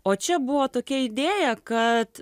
o čia buvo tokia idėja kad